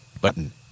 Button